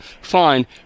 fine